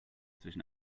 zwischen